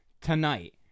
tonight